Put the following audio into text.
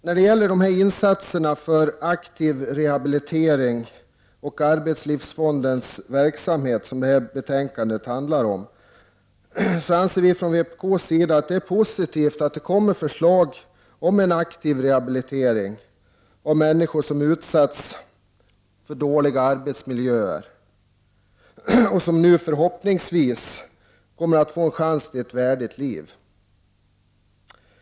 När det gäller insatser för aktiv rehabilitering och arbetslivsfondens verksamhet, som detta betänkande handlar om, anser vi från vpk:s sida att det är positivt att det kommer förslag om aktiv rehabilitering av människor som har utsatts för dåliga arbetsmiljöer och att de nu förhoppningsvis kommer att få en chans till ett värdigt liv.